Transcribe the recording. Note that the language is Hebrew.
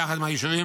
ביחד עם היישובים,